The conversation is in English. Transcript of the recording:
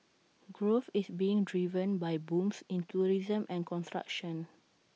growth is being driven by booms in tourism and construction